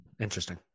Interesting